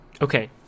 Okay